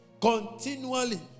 continually